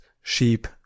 sheep